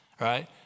right